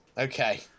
Okay